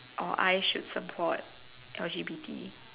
or I should support L_G_B_T